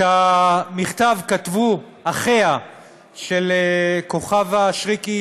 את המכתב כתבו אחיה של כוכבה שריקי,